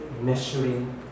measuring